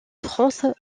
france